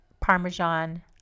Parmesan